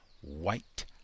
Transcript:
white